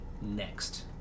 next